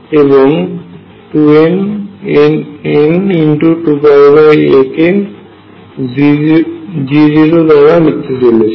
এবং n2πa কে Gn দ্বারা লিখছি